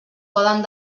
poden